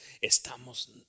estamos